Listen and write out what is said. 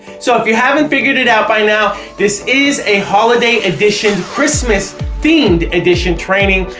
so if you haven't figured it out by now this is a holiday edition christmas themed edition training,